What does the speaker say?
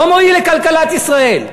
לא מועיל לכלכלת ישראל,